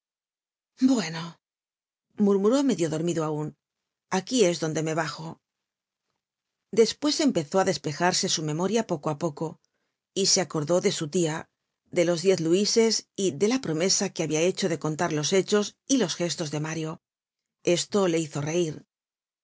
bueno murmuró medio dormido aun aquí es donde me bajo despues empezó á despejarse su memoria poco á poco y se acordó de su tia de los diez luises y de la promesa que habia hecho de contar los hechos y los gestos de mario esto le hizo reir